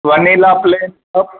vanilla flavour